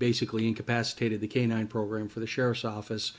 basically incapacitated the canine program for the sheriff's office